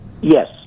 Yes